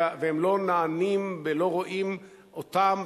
והם לא נענים ולא רואים אותם,